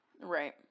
Right